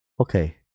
Okay